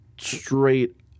straight